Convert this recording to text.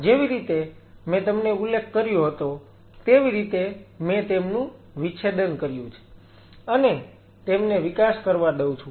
જેવી રીતે મેં તમને ઉલ્લેખ કર્યો હતો તેવી રીતે મેં તેમનું વિચ્છેદન કર્યું છે અને તેમને વિકાસ કરવા દઉં છું